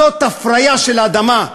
זאת הפריה של האדמה,